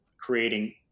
creating